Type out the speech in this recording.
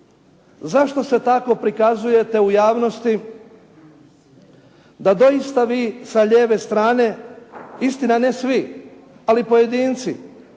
Zašto se tako prikazujete u javnosti da doista vi sa lijeve strane, istina ne svi, ali pojedinci